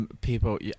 people